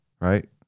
Right